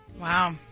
Wow